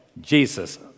Jesus